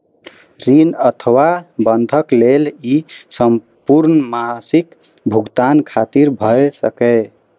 ऋण अथवा बंधक लेल ई संपूर्ण मासिक भुगतान खातिर भए सकैए